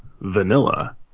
Vanilla